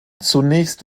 zunächst